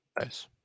Nice